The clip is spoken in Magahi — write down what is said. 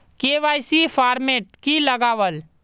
के.वाई.सी फॉर्मेट की लगावल?